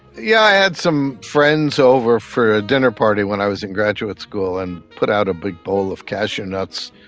yeah i i had some friends over for a dinner party when i was in graduate school and put out a big bowl of cashew nuts,